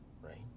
right